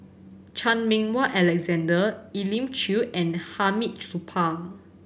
Chan Meng Wah Alexander Elim Chew and Hamid Supaat